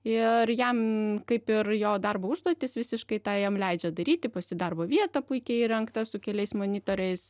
ir jam kaip ir jo darbo užduotys visiškai tą jam leidžia daryti pas jį darbo vieta puikiai įrengta su keliais monitoriais